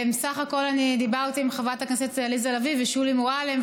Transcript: סך הכול אני דיברתי עם חברת הכנסת עליזה לביא ושולי מועלם,